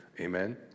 Amen